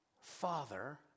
Father